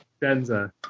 Denza